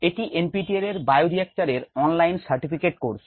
এটি NPTEL এর bio রিঅ্যাক্টরের অনলাইন সার্টিফিকেট কোর্স